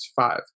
five